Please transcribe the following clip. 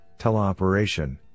teleoperation